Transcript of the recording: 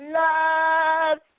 love